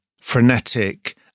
frenetic